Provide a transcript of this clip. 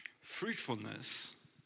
Fruitfulness